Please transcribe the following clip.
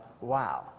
wow